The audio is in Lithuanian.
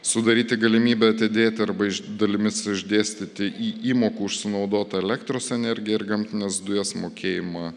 sudaryti galimybę atidėt arba dalimis išdėstyti įmokų už sunaudotą elektros energiją ir gamtines dujas mokėjimą